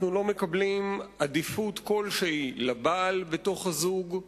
אנחנו לא מקבלים עדיפות כלשהי לבעל בתוך הזוג.